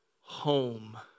home